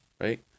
right